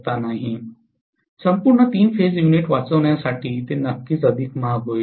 संपूर्ण तीन phase unit वाचविण्यासाठी ते नक्कीच अधिक महाग होईल